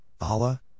Allah